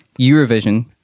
Eurovision